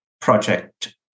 project